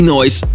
Noise